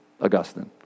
Augustine